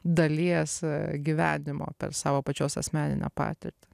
dalies gyvenimo per savo pačios asmeninę patirtį